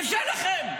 קשה לכם.